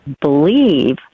believe